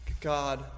God